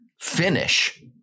finish